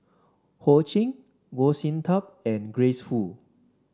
Ho Ching Goh Sin Tub and Grace Fu